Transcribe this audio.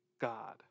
God